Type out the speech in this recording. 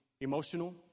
emotional